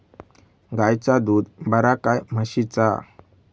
गायचा दूध बरा काय म्हशीचा?